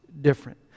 different